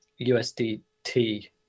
USDT